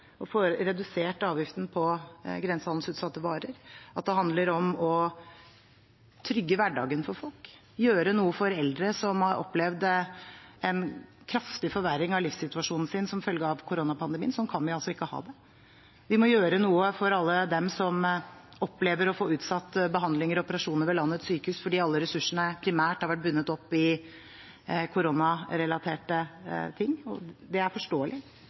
redusert avgiften på grensehandelsutsatte varer, at det handler om å trygge hverdagen for folk og gjøre noe for eldre som har opplevd en kraftig forverring av livssituasjonen sin som følge av koronapandemien. Slik kan vi ikke ha det. Vi må gjøre noe for alle dem som opplever å få utsatt behandlinger og operasjoner ved landets sykehus fordi alle ressursene primært har vært bundet opp i koronarelaterte ting. Det er forståelig,